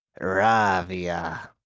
Ravia